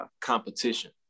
competition